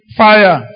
fire